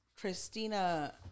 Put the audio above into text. Christina